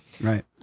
Right